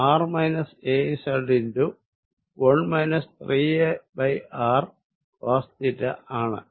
1 3a r cos θ ആണ്